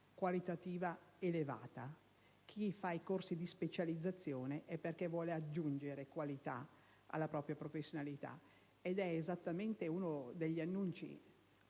qualitativa elevata. Chi fa i corsi di specializzazione lo fa perché vuole aggiungere qualità alla propria professionalità, ed è esattamente uno degli annunci